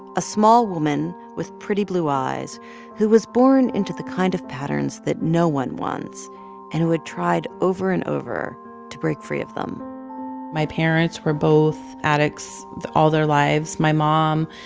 a small woman with pretty blue eyes who was born into the kind of patterns that no one wants and who had tried over and over to break free of them my parents were both addicts all their lives. my mom,